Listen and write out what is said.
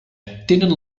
tenen